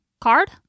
card